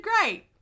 great